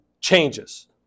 changes